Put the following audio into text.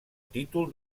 títol